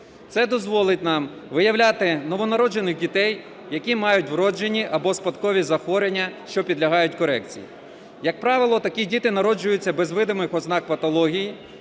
Це дозволить нам виявляти в новонароджених дітей, які мають вроджені або спадкові захворювання, що підлягають корекції. Як правило, такі діти народжуються без видимих ознак патології,